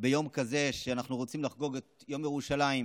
בישיבה, מקריא את רשימות